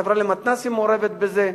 החברה למתנ"סים מעורבת בזה,